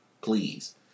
Please